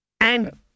And